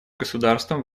государствам